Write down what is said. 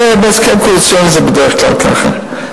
בהסכם קואליציוני זה בדרך כלל ככה.